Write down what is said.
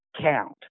count